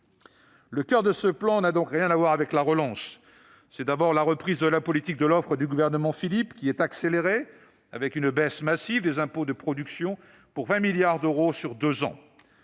Le coeur de ce plan n'a donc rien à voir avec la relance. C'est d'abord la reprise de la politique de l'offre du Gouvernement Philippe qui est accélérée, avec une baisse massive des impôts de production pour 20 milliards d'euros sur deux ans.